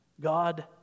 God